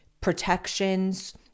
protections –